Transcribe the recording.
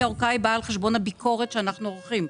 כי הארכה היא באה על חשבון הביקורת שאנחנו עורכים.